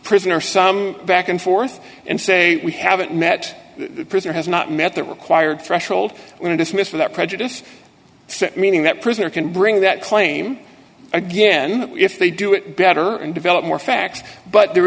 prisoner some back and forth and say we haven't met the prisoner has not met the required threshold were dismissed without prejudice set meaning that prisoner can bring that claim again if they do it better and develop more facts but there